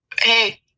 hey